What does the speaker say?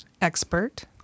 expert